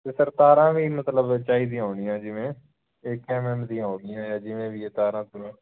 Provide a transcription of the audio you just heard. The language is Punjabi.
ਅਤੇ ਸਰ ਤਾਰਾਂ ਵੀ ਮਤਲਬ ਚਾਹੀਦੀਆਂ ਹੋਣੀਆਂ ਜਿਵੇਂ ਇੱਕ ਐਮ ਐਮ ਦੀਆਂ ਆਉਂਦੀਆਂ ਆ ਜਿਵੇਂ ਵੀ ਇਹ ਤਾਰਾਂ ਤੂਰਾਂ